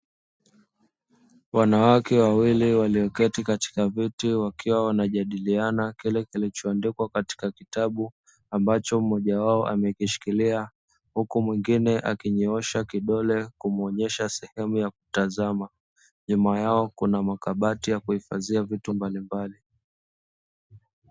Wanawake wawili walioketi katika viti, wakiwa wanajadiliana kile kilichoandikwa kwenye kitabu, ambacho mmoja wao amekishikilia. Huku mwingine akinyoosha kidole kumuonesha sehemu ya kutazama, nyuma yao kuna makabati yakuhifadhia vitu mbalimbali.